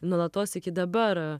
nuolatos iki dabar